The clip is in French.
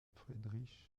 friedrich